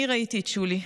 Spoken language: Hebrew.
אני ראיתי את שולי,